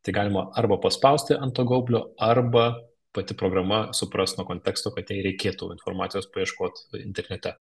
tai galima arba paspausti ant to gaublio arba pati programa supras nuo konteksto kad jai reikėtų informacijos paieškot internete